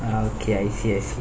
okay I see I see